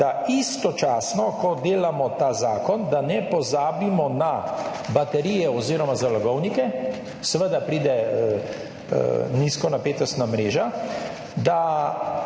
da istočasno, ko delamo ta zakon, ne pozabimo na baterije oziroma zalogovnike. Seveda pride nizkonapetostna mreža, da